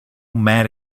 mad